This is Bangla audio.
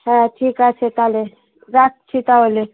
হ্যাঁ ঠিক আছে তাহলে রাখছি তাহলে